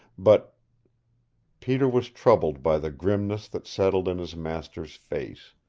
but peter was troubled by the grimness that settled in his master's face.